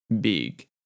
big